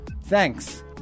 Thanks